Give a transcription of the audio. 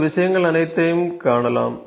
இந்த விஷயங்கள் அனைத்தையும் காணலாம்